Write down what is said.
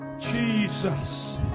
Jesus